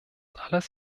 alles